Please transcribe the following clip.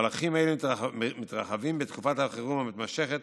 מהלכים אלה מתרחבים בתקופת החירום המתמשכת